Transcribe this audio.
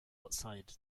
outside